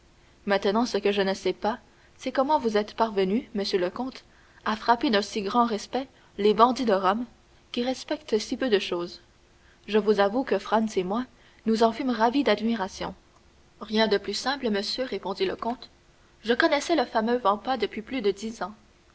maintenant ce que je ne sais pas c'est comment vous êtes parvenu monsieur le comte à frapper d'un si grand respect les bandits de rome qui respectent si peu de chose je vous avoue que franz et moi nous en fûmes ravis d'admiration rien de plus simple monsieur répondit le comte je connaissais le fameux vampa depuis plus de dix ans